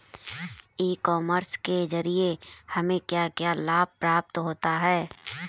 ई commerce के ज़रिए हमें क्या क्या लाभ प्राप्त होता है?